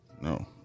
no